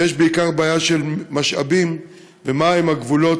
ויש בעיקר בעיה של משאבים ומהן המגבלות